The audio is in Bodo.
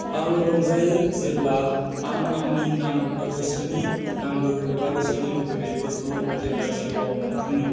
आं रंजायो जेब्ला आं आंनि नांगौ गोसोनि नांगौ एबा गोसोनि लुबैनायफोरखौ जेब्ला जिउआव मोनफुङो